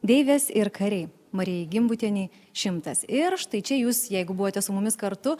deivės ir kariai marijai gimbutienei šimtas ir štai čia jūs jeigu buvote su mumis kartu